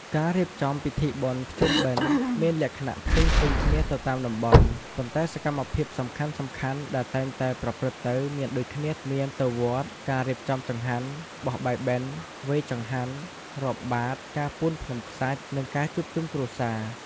ការរៀបចំពិធីបុណ្យភ្ជុំបិណ្ឌ មានលក្ខណៈផ្សេងៗគ្នាទៅតាមតំបន់ ប៉ុន្តែសកម្មភាពសំខាន់ៗដែលតែងតែប្រព្រឹត្តទៅមានដូចគ្នា មាន ទៅវត្ត ការរៀបចំចង្ហាន់ បោះបាយបិណ្ឌ វេរចង្ហាន់ រាប់បាត្រ ការពូនភ្នំខ្សាច់ និង ការជួបជុំគ្រួសារ។